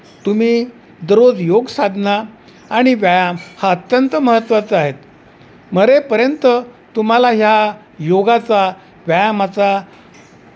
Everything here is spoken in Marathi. तुम्ही दररोज योग साधना आणि व्यायाम हा अत्यंत महत्वाचा आहेत मरेपर्यंत तुम्हाला ह्या योगाचा व्यायामाचा